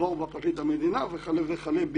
עבור בפרקליט המדינה וכלה וכלה.